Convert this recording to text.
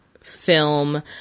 film